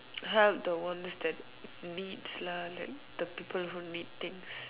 help the ones that needs lah like the people who need things